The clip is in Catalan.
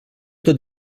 tot